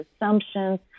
assumptions